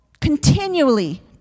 continually